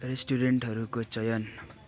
रेस्ट्रुरेन्टहरूको चयन